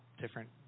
different